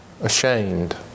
Ashamed